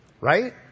right